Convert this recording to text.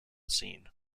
scene